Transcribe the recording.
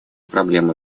проблем